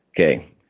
Okay